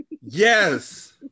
yes